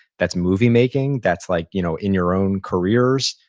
that's movie-making, that's like you know in your own careers,